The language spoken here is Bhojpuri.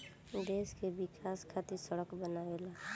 देश के विकाश खातिर सड़क बनावेला